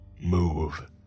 Move